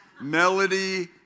melody